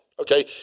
Okay